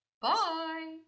bye